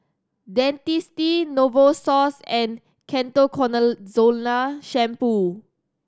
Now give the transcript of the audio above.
Dentiste Novosource and Ketoconazole Shampoo